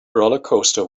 rollercoaster